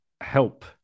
help